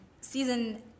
Season